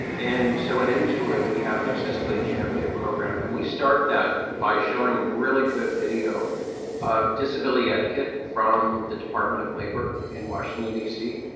and so at intuit, we have an accessibility champion program, and we start that by showing a really good video of disability etiquette from the department of labor in washington, dc,